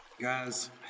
Guys